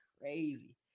crazy